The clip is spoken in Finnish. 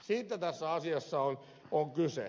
siitä tässä asiassa on kyse